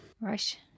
Right